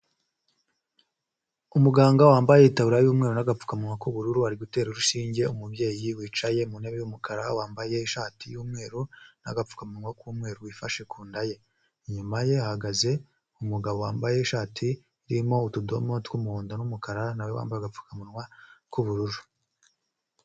Umuganga wambaye itaburiya y'umweru n'gapfukamunwa k'ubururu, ari gutera urushinge umubyeyi wicaye mu ntebe y'umukara, wambaye ishati y'umweru n'agapfukamunwa k'umweru, wifashe ku nda ye, inyuma ye hahagaze umugabo wambaye ishati irimo utudomo tw'umuhondo n'umukara na we wambaye agapfukamunwa k'ubururu.